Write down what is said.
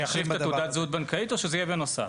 זה יחליף את תעודת הזהות הבנקאית או שזה יהיה בנוסף?